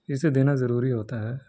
اسے دینا ضروری ہوتا ہے